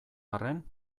arren